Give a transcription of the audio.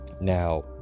Now